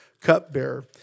cupbearer